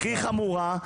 הכי חמורה.